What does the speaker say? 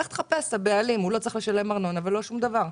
לך תחפש את הבעלים אם הוא לא צריך לשלם ארנונה ושום דבר.